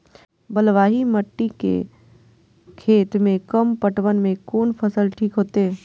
बलवाही मिट्टी के खेत में कम पटवन में कोन फसल ठीक होते?